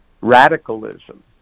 radicalism